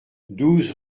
douze